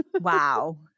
Wow